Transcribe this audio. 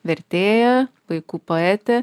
vertėja vaikų poetė